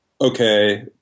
okay